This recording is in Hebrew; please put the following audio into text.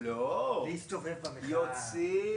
כשאלה נציגי המפלגות שמרכיבות את הקואליציה.